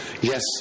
Yes